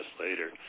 later